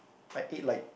I ate like